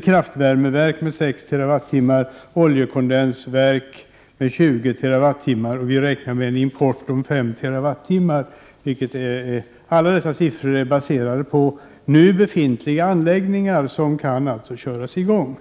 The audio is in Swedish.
kraftvärmeverk med 6 TWh, oljekondensverk med 20 TWh, och vi räknar med en import på 5 TWh. Alla dessa siffror är baserade på nu befintliga anläggningar, som alltså kan köras i gång.